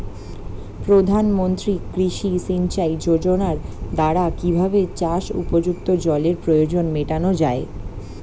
প্রধানমন্ত্রী কৃষি সিঞ্চাই যোজনার দ্বারা কিভাবে চাষ উপযুক্ত জলের প্রয়োজন মেটানো য়ায়?